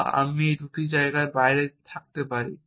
বা আমি এই দুটি জায়গার বাইরে থাকতে পারি